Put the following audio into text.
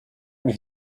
mich